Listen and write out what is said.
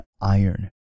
iron